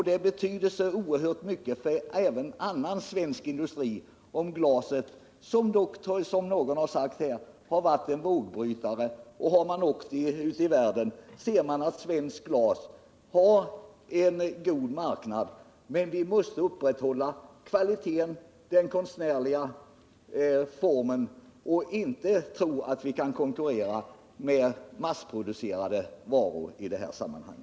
Det betyder så oerhört mycket även för annan svensk industri. Glaset har dock, som någon har sagt här, varit en vågbrytare. Och har man åkt ute i världen, har man sett att svenskt glas har en god marknad. Men vi måste upprätthålla kvaliteten, den konstnärliga formen, och inte tro att vi kan konkurrera med massproducerade varor i detta sammanhang.